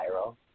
viral